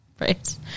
Right